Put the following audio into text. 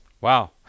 Wow